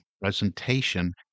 presentation